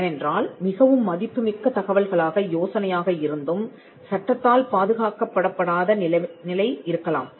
ஏனென்றால் மிகவும் மதிப்புமிக்க தகவல்களாக யோசனையாக இருந்தும் சட்டத்தால் பாதுகாக்கப்படப் படாத நிலை இருக்கலாம்